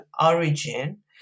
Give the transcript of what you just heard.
origin